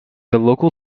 local